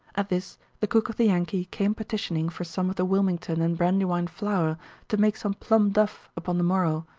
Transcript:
at this the cook of the yankee came petitioning for some of the wilmington and brandywine flour to make some plum duff upon the morrow,